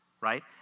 right